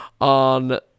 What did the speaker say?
on